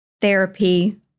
Therapy